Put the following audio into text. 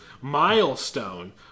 milestone